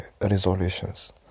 resolutions